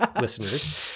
listeners